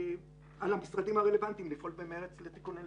על המשרדים הרלוונטיים לפעול במרץ לתיקון הליקויים.